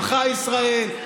עמך ישראל,